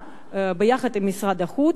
ההסברה, יחד עם משרד החוץ,